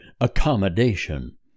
accommodation